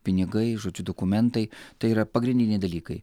pinigai žodžiu dokumentai tai yra pagrindiniai dalykai